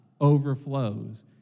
overflows